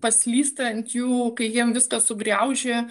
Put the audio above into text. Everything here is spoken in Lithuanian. paslysta ant jų kai jiem viską sugriaužė